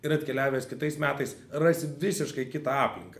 ir atkeliavęs kitais metais rasi visiškai kitą aplinką